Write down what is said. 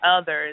others